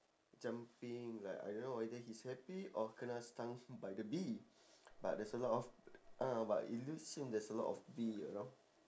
jumping like I don't know whether he's happy or kena stung by the bee but there's a lot of ah but it look seem there's a lot of bee around